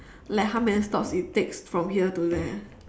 like how many stops it takes from here to there